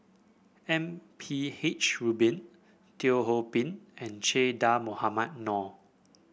M P H Rubin Teo Ho Pin and Che Dah Mohamed Noor